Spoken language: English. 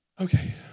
Okay